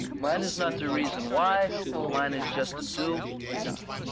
mine is not the reason why mine is just a do or die